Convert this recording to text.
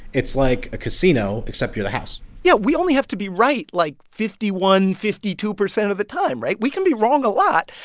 it's like a casino, except you're the house yeah, we only have to be right, like, fifty one percent, fifty two percent of the time, right? we can be wrong a lot.